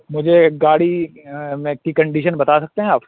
مجھے ایک گاڑی میں کی کنڈیشن بتا سکتے ہیں آپ